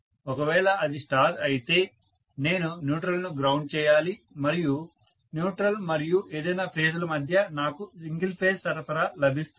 ఒకవేళ అది స్టార్ అయితే నేను న్యూట్రల్ ను గ్రౌండ్ చేయాలి మరియు న్యూట్రల్ మరియు ఏదైనా ఫేజ్ ల మధ్య నాకు సింగిల్ ఫేజ్ సరఫరా లభిస్తుంది